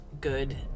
good